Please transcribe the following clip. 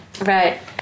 right